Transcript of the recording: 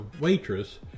waitress